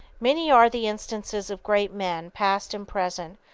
many are the instances of great men, past and present,